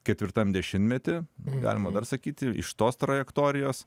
ketvirtam dešimtmety galima dar sakyti iš tos trajektorijos